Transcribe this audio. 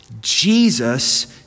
Jesus